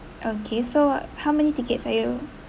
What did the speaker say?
okay so how many tickets are you